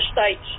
states